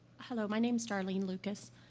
hello, my name's darlene lucas.